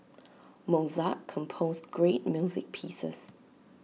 Mozart composed great music pieces